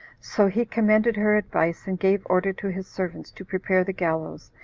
so he commended her advice, and gave order to his servants to prepare the gallows,